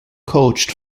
coached